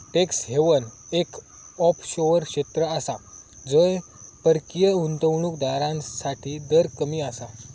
tax haven एक offshore क्षेत्र आसा जय परकीय गुंतवणूक दारांसाठी दर कमी आसा